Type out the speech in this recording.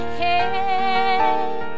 head